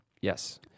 Yes